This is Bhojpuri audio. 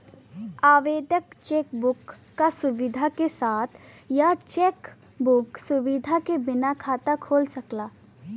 आवेदक चेक बुक क सुविधा के साथ या चेक बुक सुविधा के बिना खाता खोल सकला